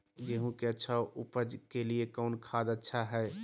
गेंहू के अच्छा ऊपज के लिए कौन खाद अच्छा हाय?